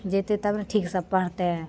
जेतय तब ने ठीकसँ पढ़तय